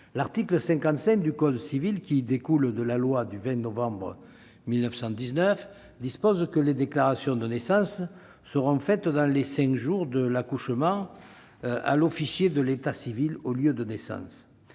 L'article 55 du code civil, qui découle de la loi du 20 novembre 1919, dispose que « les déclarations de naissance seront faites, dans les cinq jours de l'accouchement, à l'officier de l'état civil du lieu de naissance